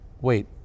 Wait